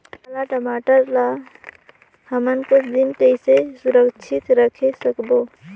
पाला टमाटर ला हमन कुछ दिन कइसे सुरक्षित रखे सकबो?